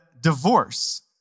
divorce